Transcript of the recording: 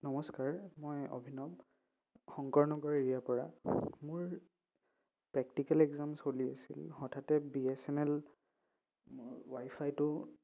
নমস্কাৰ মই অভিনৱ শংকৰ নগৰ এৰিয়াৰ পৰা মোৰ প্ৰেক্টিকেল এক্সাম চলি আছিল হঠাতে বি এছ এন এল ৱাইফাইটো